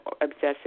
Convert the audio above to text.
obsessive